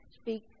speak